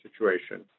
situation